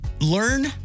learn